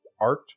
art